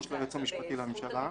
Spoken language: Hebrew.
המשפטי לממשלה.